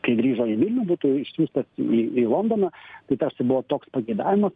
kai grįžo į vilnių būtų išsiųstas į į londoną tai tarsi buvo toks pageidavimas